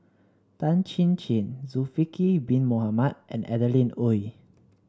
Tan Chin Chin Bin Mohamed and Adeline Ooi